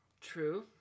True